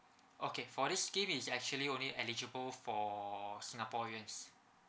okay for this scheme is actually only eligible for singaporeans